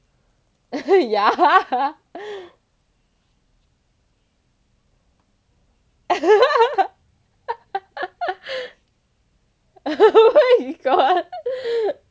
yeah